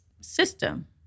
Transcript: system